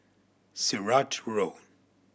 Sirat Road